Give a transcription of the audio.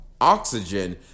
oxygen